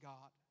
God